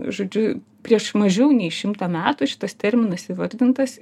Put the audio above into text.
žodžiu prieš mažiau nei šimtą metų šitas terminas įvardintas